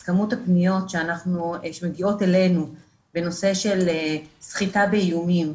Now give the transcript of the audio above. אז כמות הפניות שמגיעות אלינו בנושא של סחיטה באיומים,